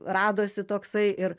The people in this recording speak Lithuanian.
radosi toksai ir